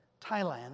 Thailand